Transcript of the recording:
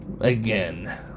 Again